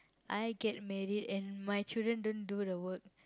I get married and my children don't do the work